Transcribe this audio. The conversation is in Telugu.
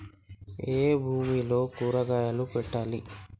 ఏ భూమిలో కూరగాయలు పెట్టాలి?